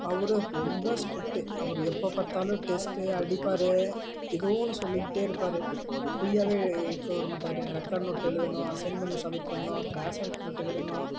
அவரும் ரொம்ப ஸ்ட்ரிக்ட்டு அவர் எப்போ பார்த்தாலும் டெஸ்ட்டு அடிப்பார் ஏதோ ஒன்று சொல்லிக்கிட்டே இருப்பார் ஃப்ரீயாகவே இருக்க விட மாட்டார் ரெக்கார்ட் நோட்டு எழுதணும் அஸ்ஸெயின்மெண்ட் சம்மிட் பண்ணணும் கிளாஸ் ஒர்க் நோட்டு எழுதணும்